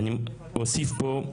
אני אוסיף פה: